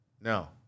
No